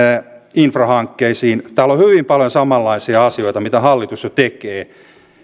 infrahankkeisiin täällä on hyvin paljon samanlaisia asioita kuin mitä hallitus jo tekee